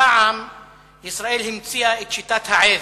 פעם ישראל המציאה את שיטת העז.